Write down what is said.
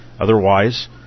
Otherwise